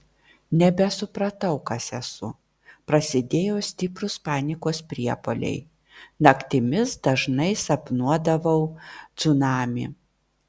nebesupratau kas esu prasidėjo stiprūs panikos priepuoliai naktimis dažnai sapnuodavau cunamį